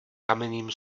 kamenným